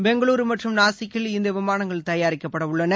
பெங்களூரு மற்றும் நாசிக்கில் இந்த விமானங்கள் தயாரிக்கப்படவுள்ளன